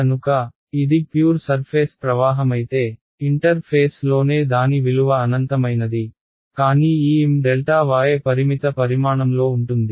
కనుక ఇది pure surface ప్రవాహమైతే ఇంటర్ఫేస్లోనే దాని విలువ అనంతమైనది కానీ ఈ My పరిమిత పరిమాణంలో ఉంటుంది